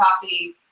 Coffee